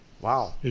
Wow